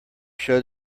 show